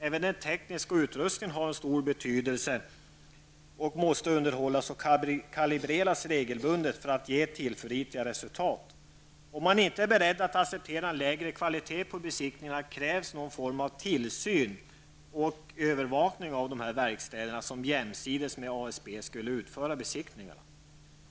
Även den tekniska utrustningen har stor betydelse och måste underhållas och kalibreras regelbundet för att ge tillförlitliga resultat. Om man inte är beredd att acceptera en lägre kvalitet på besiktningarna, krävs någon form av tillsyn och övervakning av de verkstäder som jämsides med ASB skulle utföra besiktningar.